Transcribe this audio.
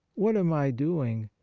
what am i doing?